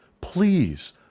Please